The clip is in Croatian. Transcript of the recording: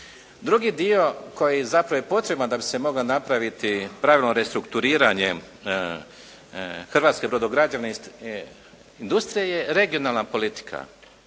Drugi dio koji zapravo potreban da bi se mogla napraviti pravilno restrukturiranje hrvatske brodograđevne industrije je regionalna politika.